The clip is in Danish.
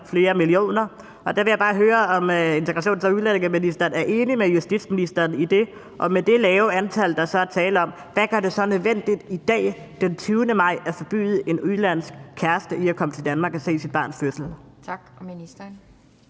flere millioner. Der vil jeg bare høre, om integrations- og udlændingeministeren er enig med justitsministeren i det, og hvad der, med det lave antal, der så er tale om, gør det nødvendigt i dag, den 20. maj, at forbyde en udenlandsk kæreste i at komme til Danmark og se sit barns fødsel. Kl. 18:15 Anden